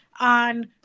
on